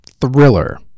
Thriller